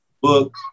book